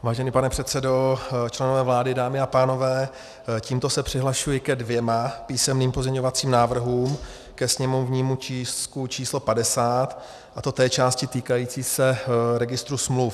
Vážený pane předsedo, členové vlády, dámy a pánové, tímto se přihlašuji ke dvěma písemným pozměňovacím návrhům ke sněmovnímu tisku číslo 50, a to té části týkající se registru smluv.